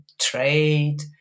trade